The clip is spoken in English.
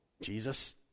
Jesus